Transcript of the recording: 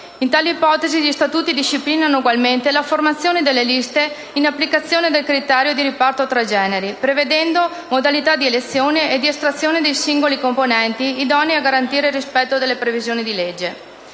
In tali ipotesi gli statuti disciplinano ugualmente la formazione delle liste in applicazione del criterio di riparto tra generi, prevedendo modalità di elezione e di estrazione dei singoli componenti idonei a garantire il rispetto delle previsioni di legge.